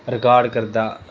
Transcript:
record करदा